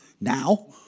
now